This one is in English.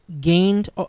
gained